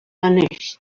vanished